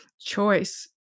choice